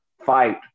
fight